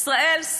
בישראל,